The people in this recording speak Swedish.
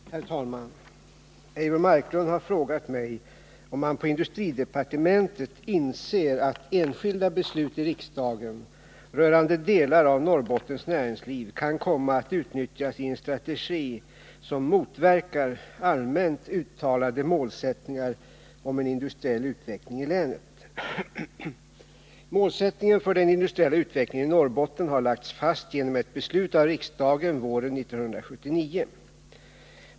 Herr talman! Eivor Marklund har frågat mig om man på industridepartementet inser att enskilda beslut i riksdagen, rörande delar av Norrbottens näringsliv, kan komma att utnyttjas i en strategi som motverkar allmänt uttalade målsättningar om en industriell utveckling i länet. Målsättningen för den industriella utvecklingen i Norrbotten har lagts fast genom ett beslut av riksdagen våren 1979 .